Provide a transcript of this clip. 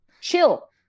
chill